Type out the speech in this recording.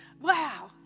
wow